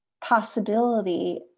possibility